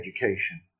education